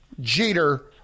Jeter